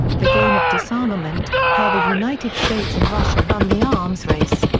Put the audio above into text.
the game of disarmament how the united states and russia run the arms race.